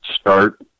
start